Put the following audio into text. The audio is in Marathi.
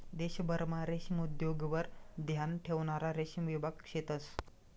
देशभरमा रेशीम उद्योगवर ध्यान ठेवणारा रेशीम विभाग शेतंस